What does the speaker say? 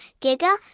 Giga